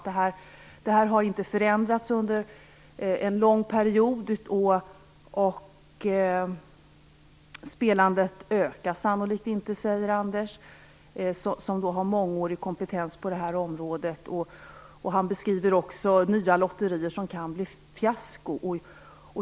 Det har inte skett några förändringar under en lång period och spelandet ökar sannolikt inte, säger Anders Nilsson, som har mångårig kompetens på detta område, och beskriver nya lotterier som kan bli ett fiasko.